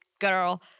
girl